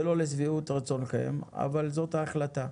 זה לא לשביעות רצונכם אבל זאת ההחלטה.